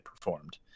performed